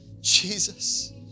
Jesus